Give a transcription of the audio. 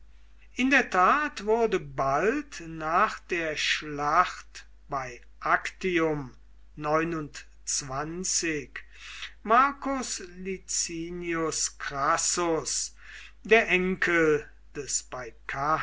in der tat wurde bald nach der schlacht bei marcus licinius crassus der enkel des bei